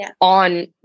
on